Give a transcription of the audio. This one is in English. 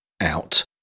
out